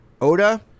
Oda